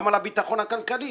גם על הביטחון הכלכלי.